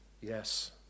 Yes